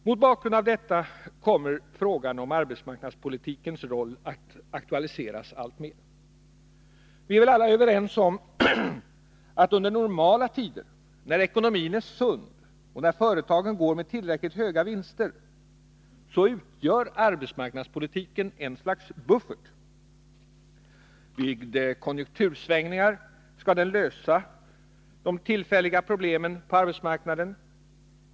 Mot bakgrund av detta kommer frågan om arbetsmarknadspolitikens roll att aktualiseras alltmer. Vi är väl alla överens om att arbetsmarknadspolitiken under normala tider, när ekonomin är sund och när företagen går med tillräckligt höga vinster, utgör ett slags buffert. Vid konjunktursvängningar skall den lösa de tillfälliga problemen på arbetsmarknaden.